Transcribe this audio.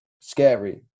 scary